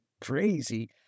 Crazy